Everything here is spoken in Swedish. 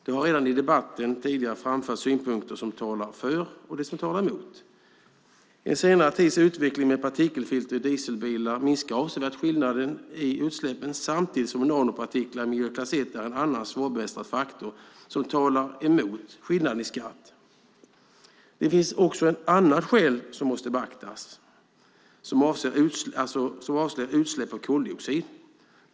Det har redan i debatten framförts synpunkter om det som talar för och det som talar emot. Senare tids utveckling med partikelfilter i dieselbilar minskar avsevärt skillnaden i utsläppen, samtidigt som nanopartiklar i miljöklass 1 är en annan svårbemästrad faktor som talar emot skillnaden i skatt. Det finns också ett annat skäl som måste beaktas och som avser utsläpp av koldioxid.